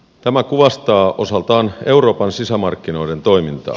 tämä kuvastaa osaltaan euroopan sisämarkkinoiden toimintaa